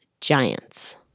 giants